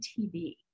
TV